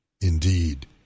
indeed